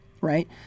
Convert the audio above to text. right